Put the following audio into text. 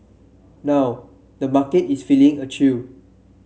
now the market is feeling a chill